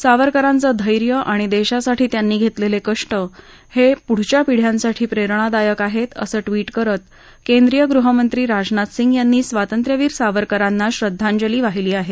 सावरकरांचं धैर्य आणि देशासाठी त्यांनी घेतलेले कष्ट हे पुढील पिढ्यांसाठी प्रेरणादायक आहेत असं ट्विट करत केंद्रीय गृहमंत्री राजनाथ सिंग यांनी स्वातंत्र्यवीर सावरकरांना श्रद्धांजली वाहिली आहे